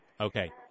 Okay